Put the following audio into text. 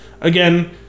again